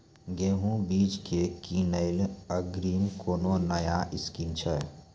गेहूँ बीज की किनैली अग्रिम कोनो नया स्कीम छ?